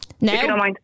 No